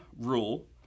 rule